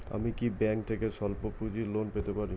আমি কি ব্যাংক থেকে স্বল্প পুঁজির লোন পেতে পারি?